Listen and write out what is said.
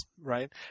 right